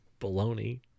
Baloney